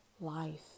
life